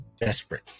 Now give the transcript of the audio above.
desperate